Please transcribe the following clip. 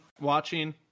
watching